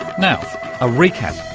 now a recap.